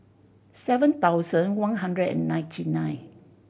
seven thousand one hundred and ninety nine